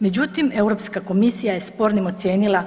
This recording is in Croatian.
Međutim, Europska komisija je spornim ocijenila